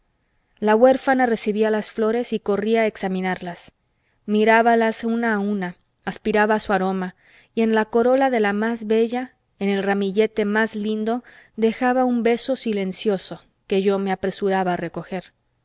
la huérfana recibía las flores y corría a examinarlas mirábalas una a una aspiraba su aroma y en la corola de la más bella en el ramillete más lindo dejaba un beso silencioso que yo me apresuraba a recoger